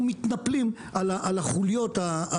אנחנו מתנפלים על החוליות.